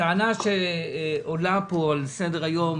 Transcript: הטענה שעולה על סדר-היום,